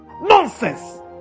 Nonsense